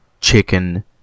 chicken